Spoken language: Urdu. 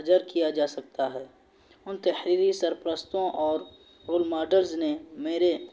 کیا جا سکتا ہے ان تحریری سرپرستوں اور رول ماڈلز نے میرے